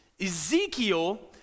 Ezekiel